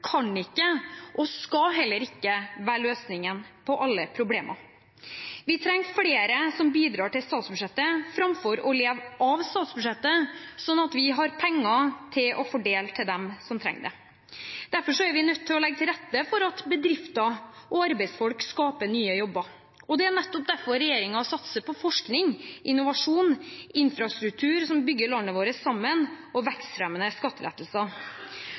kan ikke, og skal heller ikke, være løsningen på alle problemer. Vi trenger flere som bidrar til statsbudsjettet framfor å leve av statsbudsjettet, slik at vi har penger å fordele til dem som trenger det. Derfor er vi nødt til å legge til rette for at bedrifter og arbeidsfolk skaper nye jobber, og det er nettopp derfor regjeringen satser på forskning, innovasjon, infrastruktur som bygger landet vårt sammen, og vekstfremmende skattelettelser.